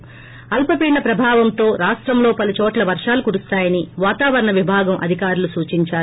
ి అల్పపీడన ప్రభావంతో రాష్టంలో పలుచోట్ల వర్షాలు కురుస్తాయని వాతావరణ విభాగం అధికారులు సూచిందారు